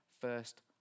first